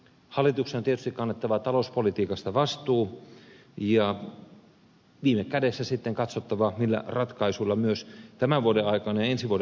hallituksen on tietysti kannettava talouspolitiikasta vastuu ja viime kädessä sitten katsottava millä ratkaisuilla myös tämän vuoden aikana ja ensi vuoden aikana mennään